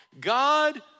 God